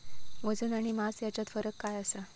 वजन आणि मास हेच्यात फरक काय आसा?